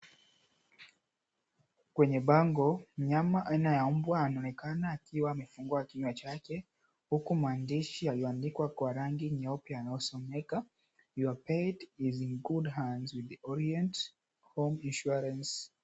Kwenye bango mnyama wa aina ya mbwa anaonekana akiwa amefungwa kinywa chake huku mandishi yaliyoandikwa kwa rangi nyeupe yanayosomeka, Your pet is in good hands with Orient Home Insurance .